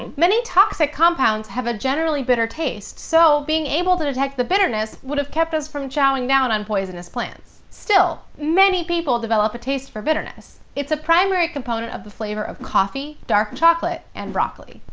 and many toxic compounds have a generally bitter taste, so being able to detect the bitterness would have kept us from chowing down on poisonous plants. still, many people develop a taste for bitterness. it's a primary component of the flavor of coffee, dark chocolate, and broccoli.